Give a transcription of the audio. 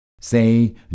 Say